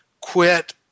quit